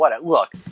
Look